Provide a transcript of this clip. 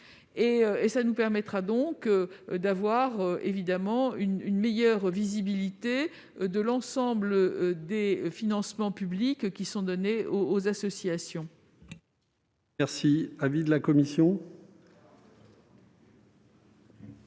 qui nous permettra d'avoir une meilleure visibilité de l'ensemble des financements publics accordés aux associations.